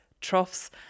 troughs